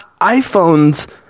iPhones